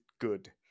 good